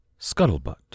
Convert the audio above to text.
Scuttlebutt